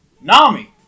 Nami